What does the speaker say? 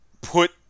put